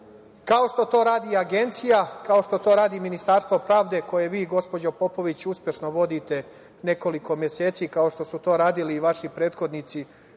Kao što to radi Agencija, kao što to radi Ministarstvo pravde koje vi gospođo Popović uspešno vodite nekoliko meseci, kao što su to radili i vaši prethodnici